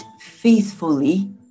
faithfully